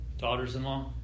daughters-in-law